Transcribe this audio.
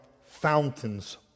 fountains